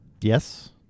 yes